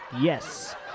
Yes